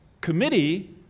committee